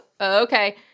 okay